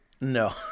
No